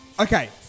Okay